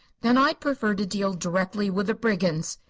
then i'd prefer to deal directly with the brigands.